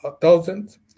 thousands